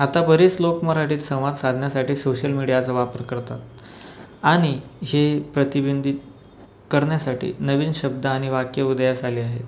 आत्ता बरेच लोक मराठीत संवाद साधण्यासाठी सोशल मिडियाचा वापर करतात आणि हे प्रतिबिंबित करण्यासाठी नवीन शब्द आणि वाक्य उदयास आले आहे